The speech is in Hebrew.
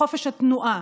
בחופש התנועה,